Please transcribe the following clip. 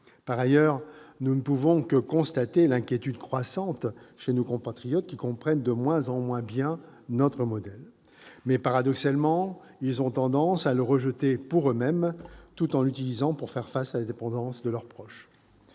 Par ailleurs, nous ne pouvons que constater l'inquiétude croissante chez nos compatriotes, qui comprennent de moins en moins bien notre modèle. Mais, paradoxalement, ils ont tendance à le rejeter pour eux-mêmes tout en l'utilisant pour faire face à la dépendance de leurs proches.